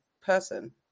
person